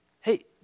hey